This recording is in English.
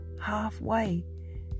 halfway